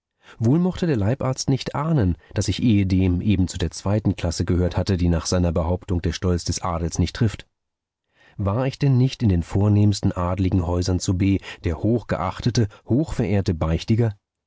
wohl mochte der leibarzt nicht ahnen daß ich ehedem eben zu der zweiten klasse gehört hatte die nach seiner behauptung der stolz des adels nicht trifft war ich denn nicht in den vornehmsten adeligen häusern zu b der hochgeachtete hochverehrte beichtiger